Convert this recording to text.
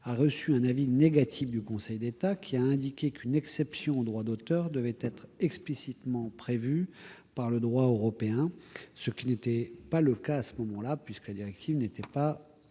a reçu un avis négatif du Conseil d'État, lequel a indiqué qu'une exception au droit d'auteur devait être explicitement déterminée par le droit européen, ce qui n'était alors pas le cas, la directive n'étant pas